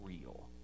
real